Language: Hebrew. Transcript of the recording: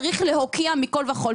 צריך להוקיע מכל וכל.